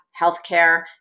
healthcare